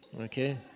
okay